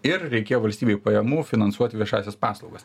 ir reikėjo valstybei pajamų finansuot viešąsias paslaugas